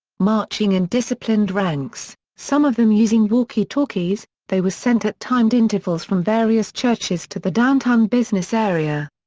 marching in disciplined ranks, some of them using walkie-talkies, they were sent at timed intervals from various churches to the downtown business area.